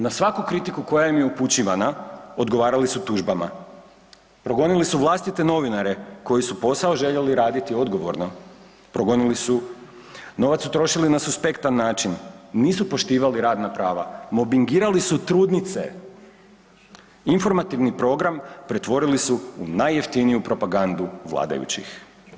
Na svaku kritiku koja im je upućivana odgovarali su tužbama, progonili su vlastite novinare koji su posao željeli raditi odgovorno, progonili su, novac su trošili na suspektan način, nisu poštivali radna prava, mobingirali su trudnice, informativni program pretvorili su u najjeftiniju propagandu vladajućih.